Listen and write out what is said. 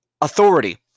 authority